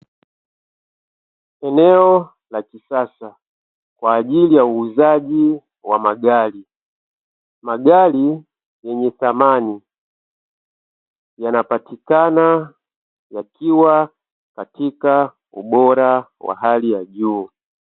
Eneo la kisasa kwa ajili ya uuzaji wa magari. Magari yenye thamani yanapatikana yakiwa katika ubora wa hali ya juu.